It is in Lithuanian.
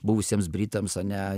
buvusiems britams ane